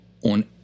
on